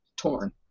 torn